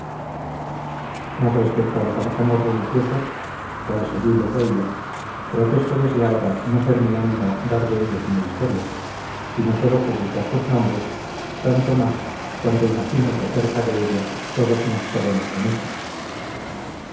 mas respecto a los arcanos religiosos cuales allí los oía protesto desde ahora no ser mi ánimo dar de ellos una historia sino sólo publicar sus nombres tanto más cuanto imagino que acerca de ellos todos nos sabemos lo mismo